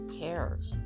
cares